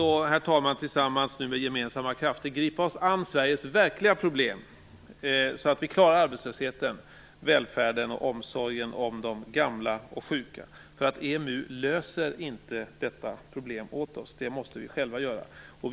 Låt oss ändå tillsammans med gemensamma krafter gripa oss an Sveriges verkliga problem så att vi klarar att lösa arbetslösheten, välfärden och omsorgen om de gamla och sjuka. EMU löser inte detta problem åt oss. Det måste vi göra själva.